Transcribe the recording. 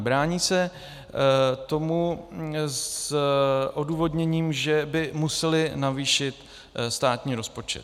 Brání se tomu s odůvodněním, že by museli navýšit státní rozpočet.